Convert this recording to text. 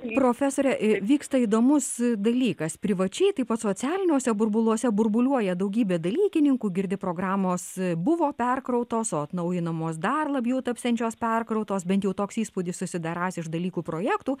profesore vyksta įdomus dalykas privačiai taip pat socialiniuose burbuluose burbuliuoja daugybė dalykininkų girdi programos buvo perkrautos o atnaujinamos dar labjau tapsiančios perkrautos bent jau toks įspūdis susidarąs iš dalykų projektų